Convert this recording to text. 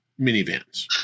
minivans